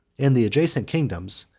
and the adjacent kingdoms,